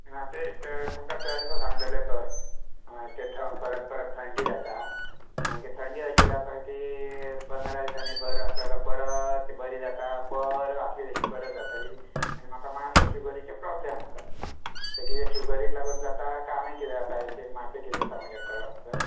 ना तें तुमकां त्या दिसा सांगलेले पय ते हां परत परत थंडी जाता आनी थंडी अशी जाता की पंदरा दिसांनी बरो आसता परत तीं बरी जाता परत आसली तशी परत जाता आनी म्हाका मात्शें शुगरीचे प्रोबल्म आसा हे शुगरीक लागोन जाता की आनीक कित्याक लागोन जाता मात्शें सांगूंक शकशात डॉक्टर